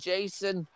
Jason